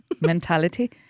mentality